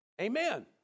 Amen